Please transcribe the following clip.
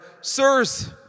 Sirs